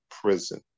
prison